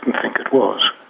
and think it was.